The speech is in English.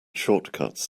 shortcuts